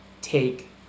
take